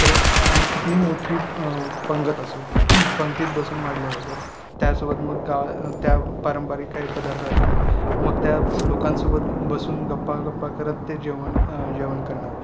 तर आणि कितीही मोठी पंगत असो पंगतीत बसून वाढलं जायचं त्यासोबत मग काय त्या पारंपरिक काही पदार्थ असतील मग त्या लोकांसोबत बसून गप्पा गप्पा करत ते जेवण जेवण करणं